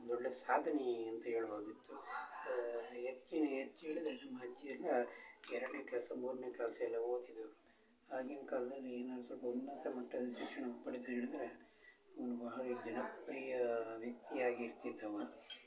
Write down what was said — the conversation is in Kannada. ದೊಡ್ಡ ಸಾಧನೆ ಎಂತ ಹೇಳ್ಬೋದಿತ್ತು ಹೆಚ್ಚಿನ ಹೆಚ್ಚು ಹೇಳಿದ್ರೆ ನಮ್ಮ ಅಜ್ಜಿ ಅಜ್ಜ ಎರಡನೆ ಕ್ಲಾಸು ಮೂರನೆ ಕ್ಲಾಸ್ ಎಲ್ಲ ಓದಿದ್ದು ಆಗಿನ ಕಾಲ್ದಲ್ಲಿ ಏನಾದ್ರು ಸ್ವಲ್ಪ ಉನ್ನತ ಮಟ್ಟದ ಶಿಕ್ಷಣ ಪಡೆದೆ ಹೇಳಿದ್ರೆ ಅವನು ಬಹಳ ಜನಪ್ರಿಯ ವ್ಯಕ್ತಿಯಾಗಿ ಇರ್ತಿದ್ದ ಅವ